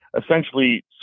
essentially